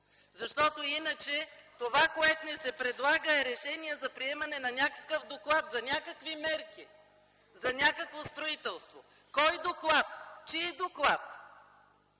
Иначе това, което ни се предлага, е решение за приемане на някакъв доклад, за някакви мерки, за някакво строителство. Кой доклад, чий доклад